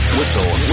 Whistle